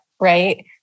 right